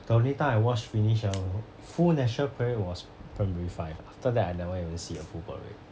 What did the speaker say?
the only time I watch finish a full national parade was primary five after that I never even see a full parade